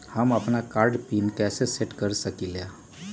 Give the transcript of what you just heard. हम अपन कार्ड के पिन कैसे सेट कर सकली ह?